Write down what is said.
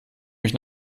mich